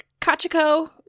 Kachiko